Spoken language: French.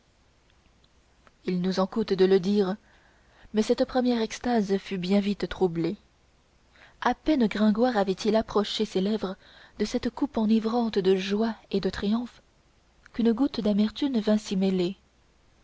il nous en coûte de le dire mais cette première extase fut bien vite troublée à peine gringoire avait-il approché ses lèvres de cette coupe enivrante de joie et de triomphe qu'une goutte d'amertume vint s'y mêler